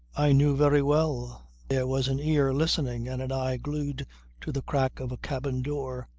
i knew very well there was an ear listening and an eye glued to the crack of a cabin door.